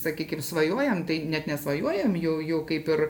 sakykime svajojam tai net ne svajojam jau jau kaip ir